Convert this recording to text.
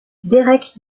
derek